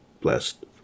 blessed